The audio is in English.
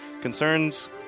Concerns